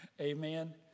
Amen